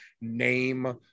name